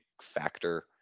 factor